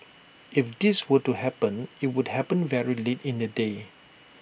if this were to happen IT would happen very late in the day